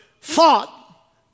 thought